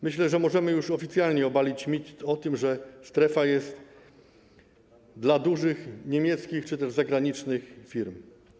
Myślę, że możemy już oficjalnie obalić mit o tym, że strefa jest dla dużych, niemieckich czy zagranicznych firm.